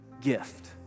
gift